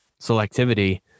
selectivity